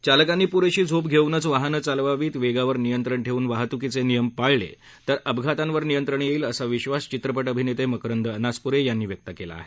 चालकांनी पुरेशी झोप घेऊनच वाहनं चालवावीत वेगावर नियंत्रण ठेवून वाहतूकीचे नियम पाळल्यास अपघातांवर नियंत्रण येईल असा विधास चित्रपट अभिनेते मकरंद अनासपुरे यांनी व्यक्त केला आहे